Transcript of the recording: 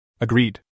Agreed